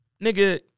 nigga